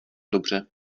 dobře